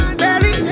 belly